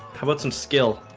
how about some skill?